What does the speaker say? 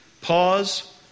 pause